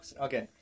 Okay